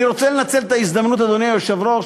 אני רוצה לנצל את ההזדמנות, אדוני היושב-ראש,